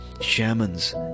shamans